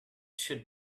should